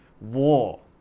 War